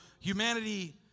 humanity